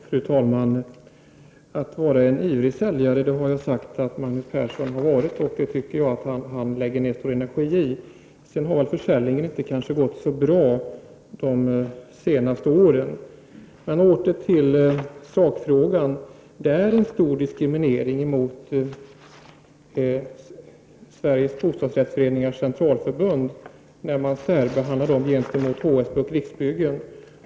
Fru talman! Jag har sagt att Magnus Persson har varit en ivrig säljare, och jag tycker att han lägger ned stor energi på att vara det. Men försäljningen har väl inte gått så bra under de senaste åren. Jag vill emellertid återgå till sakfrågan. Sveriges Bostadsrättsföreningars Centralförbund diskrimineras i förhållande till HSB och Riksbyggen.